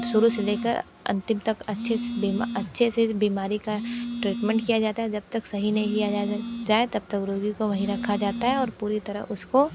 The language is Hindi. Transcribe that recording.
शुरू से लेकर अंतिम तक अच्छे से बीमारी का ट्रीटमेंट किया जाता है जब तक सही नहीं किया जा जाए तब तक रोगी को वहीं रखा जाता है और पूरी तरह उसको